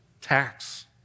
tax